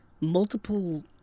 multiple